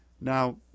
Now